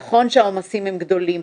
נכון שהעומסים הם גדולים,